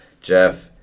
Jeff